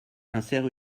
insère